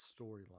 storyline